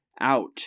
out